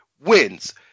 wins